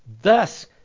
Thus